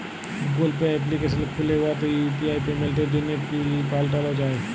Google Pay application খ্যুলে উয়াতে UPI পেমেল্টের জ্যনহে পিল পাল্টাল যায়